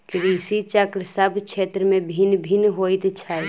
कृषि चक्र सभ क्षेत्र मे भिन्न भिन्न होइत छै